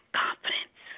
confidence